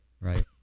right